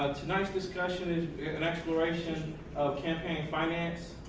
tonight's discussion is an exploration of campaign finance,